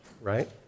right